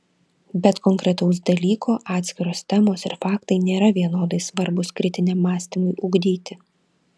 bet konkretaus dalyko atskiros temos ir faktai nėra vienodai svarbūs kritiniam mąstymui ugdyti